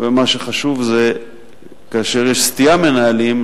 מה שחשוב זה שכשיש סטייה מנהלים,